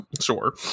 Sure